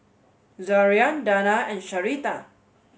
Zaria Danna and Sharita